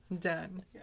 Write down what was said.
Done